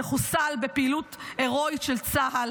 שחוסל בפעילות הירואית של צה"ל,